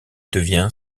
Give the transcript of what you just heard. devient